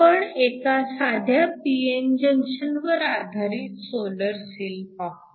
आपण एका साध्या p n जंक्शन वर आधारित सोलर सेल पाहू